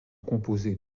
composées